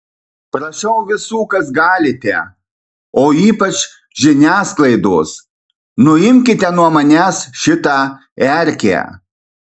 prašau visų kas galite o ypač žiniasklaidos nuimkite nuo manęs šitą erkę